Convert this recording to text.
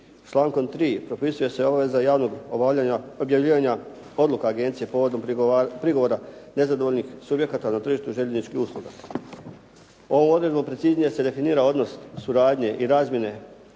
Člankom 3. propisuje se obaveza javnog objavljivanja odluke agencije povodom prigovora nezadovoljnih subjekata na tržištu željezničkih usluga. Ovom odredbom preciznije se definira odnos suradnje i razmjene